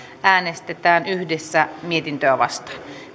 äänestetään yhdessä mietintöä vastaan